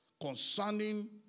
concerning